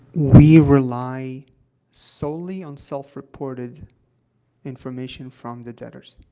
we rely solely on self-reported information from the debtors.